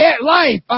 life